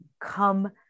come